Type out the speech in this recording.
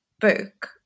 book